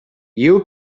you